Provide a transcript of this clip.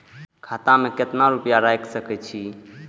खाता में केतना रूपया रैख सके छी?